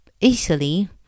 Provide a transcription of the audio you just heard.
easily